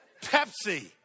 Pepsi